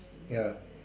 ya